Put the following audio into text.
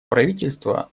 правительства